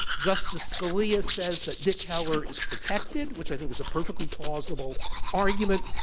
justice scalia says that dick heller is protected, which i think is a perfectly plausible argument,